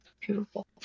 Beautiful